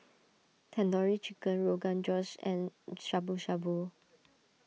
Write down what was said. Tandoori Chicken Rogan Josh and Shabu Shabu